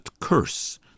curse